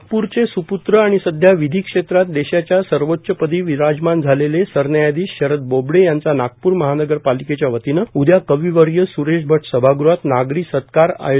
नागपूरचे स्पूत्र आणि सध्या विधी क्षेत्रात देशाच्या सर्वोच्च पदी विराजमान झालेले सरन्यायाधीश शरद बोबडे यांचा नागप्र महानगरपालिकेच्या वतीनं उद्या कविवर्य स्रेश भट सभाग़हात नागरी सत्कार आयोजित करण्यात आला आहे